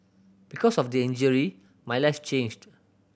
because of the injury my life changed